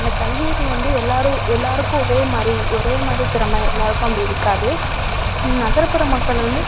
அந்த கல்வியறிவு வந்து எல்லோரும் எல்லோருக்கும் ஒரேமாதிரி ஒரே மாதிரி தெறமை எல்லோருக்கும் அப்படி இருக்காது நகர்ப்புற மக்கள் வந்து